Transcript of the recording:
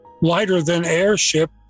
lighter-than-airship